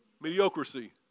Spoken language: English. Mediocrity